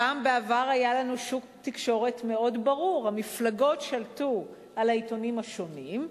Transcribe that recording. פעם היה לנו שוק תקשורת מאוד ברור: המפלגות שלטו על העיתונים השונים,